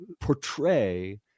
portray